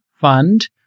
fund